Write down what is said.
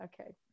Okay